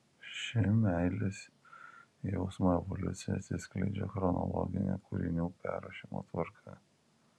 ši meilės jausmo evoliucija atsiskleidžia chronologine kūrinių parašymo tvarka